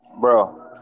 bro